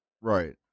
right